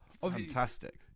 fantastic